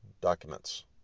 documents